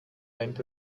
went